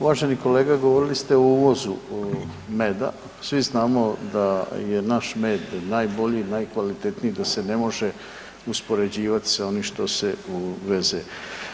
Uvaženi kolega, govorili ste o uvozu meda, svi znamo da je naš med najbolji, najkvalitetniji, da se ne može uspoređivat sa onim što se uvozi.